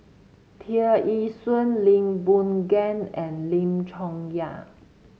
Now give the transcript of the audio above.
Tear Ee Soon Lee Boon Ngan and Lim Chong Yah